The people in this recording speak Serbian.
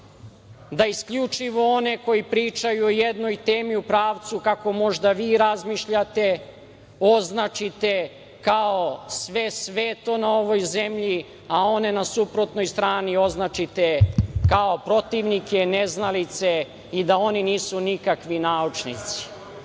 da isključivo one koji pričaju o jednoj temi u pravcu kako možda vi razmišljate označite kao sve sveto na ovoj zemlji, a one na suprotnoj strani označite kao protivnike, neznalice i da oni nisu nikakvi naučnici. Nisam